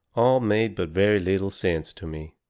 all made but very little sense to me.